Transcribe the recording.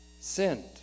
sinned